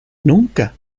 nunca